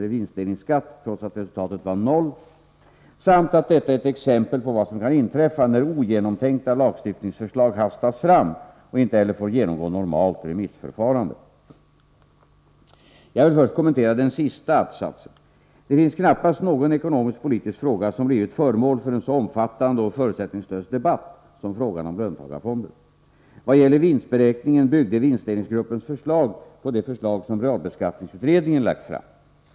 i vinstdelningsskatt trots att resultatet var O samt att detta är ett exempel på vad som kan inträffa när ogenomtänkta lagstiftningsförslag hastas fram och inte heller får genomgå normalt remissförfarande. Jag vill först kommentera den sista att-satsen. Det finns knappast någon ekonomisk-politisk fråga som blivit föremål för en så omfattande och förutsättningslös debatt som frågan om löntagarfonder. Vad gäller vinstberäkningen byggde vinstdelningsgruppens förslag på det förslag som realbeskattningsutredningen lagt fram.